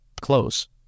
Close